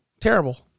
terrible